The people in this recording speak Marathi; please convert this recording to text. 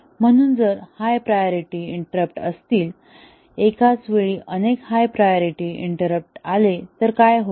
म्हणून जर हाय प्रायोरिटी इंटररप्ट असतील एकाच वेळी अनेक हाय प्रायोरिटी इंटररॅप्ट आले तर काय होईल